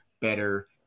better